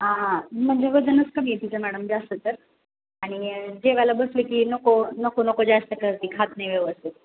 हा म्हणजे वजनच कमी आहे तिचं मॅडम जास्त तर आणि जेवायला बसू की नको नको नको जास्त करते खात नाही व्यवस्थित